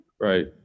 Right